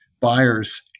buyers